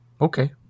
Okay